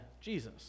Jesus